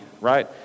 right